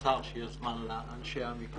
אני אהיה קצר כדי שיהיה זמן לאנשי המקצוע.